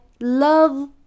love